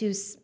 use